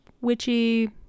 witchy